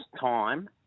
Time